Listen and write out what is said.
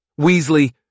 Weasley